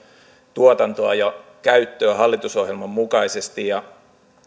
tuotantoa ja käyttöä hallitusohjelman mukaisesti